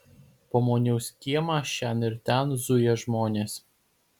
po moniaus kiemą šen ir ten zuja žmonės